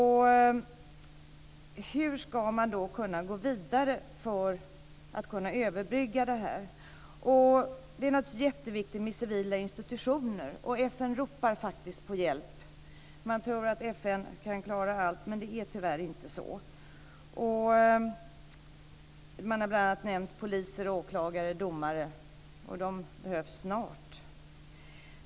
Hur ska man kunna gå vidare för att överbrygga detta? Det är naturligtvis jätteviktigt med civila institutioner. FN ropar faktiskt på hjälp. Man tror att FN kan klara allt, men det är tyvärr inte så. Man har bl.a. nämnt poliser, åklagare, domare, som behövs snart.